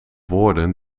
woorden